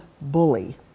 bully